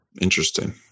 Interesting